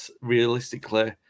realistically